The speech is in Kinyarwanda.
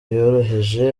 yoroheje